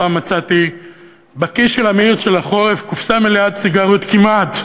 פעם מצאתי בכיס של מעיל החורף קופסת סיגריות כמעט מלאה.